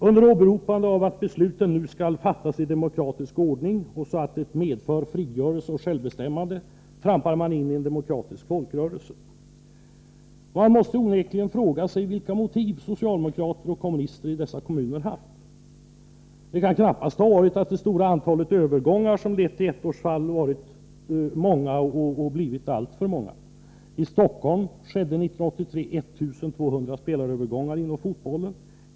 Under åberopande av att besluten nu skall fattas i demokratisk ordning och så att de medför frigörelse och självbestämmande trampar man in i en demokratisk folkrörelse. Man måste onekligen fråga sig vilka motiv socialdemokrater och kommunister i dessa kommuner haft. Det kan knappast ha varit det stora antalet övergångar, som lett till ettårsfall, vilka varit många och blivit alltför många. I Stockholm skedde 1983 1 200 spelarövergångar inom fotbollen.